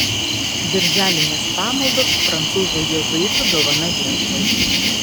birželinės pamaldos prancūzų jėzuitų dovana lietuvai